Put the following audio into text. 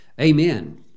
amen